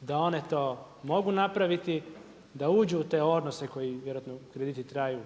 da one to mogu napraviti, da uđu u te odnose koji vjerojatno traju